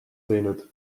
teinud